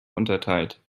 unterteilt